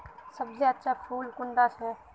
सबसे अच्छा फुल कुंडा छै?